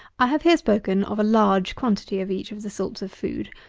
i have here spoken of a large quantity of each of the sorts of food.